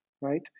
right